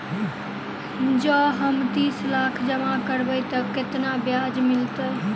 जँ हम तीस लाख जमा करबै तऽ केतना ब्याज मिलतै?